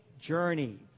journey